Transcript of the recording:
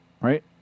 right